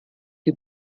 die